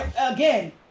again